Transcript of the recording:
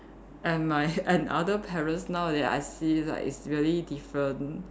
and my and other parents now that I see is like is really different